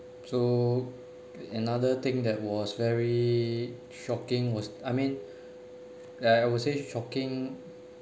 so another thing that was very shocking was I mean like I would say shocking